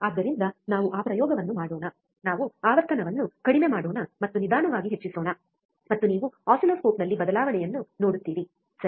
ಆದ್ದರಿಂದ ನಾವು ಆ ಪ್ರಯೋಗವನ್ನು ಮಾಡೋಣ ನಾವು ಆವರ್ತನವನ್ನು ಕಡಿಮೆ ಮಾಡೋಣ ಮತ್ತು ನಿಧಾನವಾಗಿ ಹೆಚ್ಚಿಸೋಣ ಮತ್ತು ನೀವು ಆಸಿಲ್ಲೋಸ್ಕೋಪ್ನಲ್ಲಿ ಬದಲಾವಣೆಯನ್ನು ನೋಡುತ್ತೀರಿ ಸರಿ